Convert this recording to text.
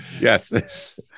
Yes